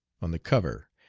on the cover,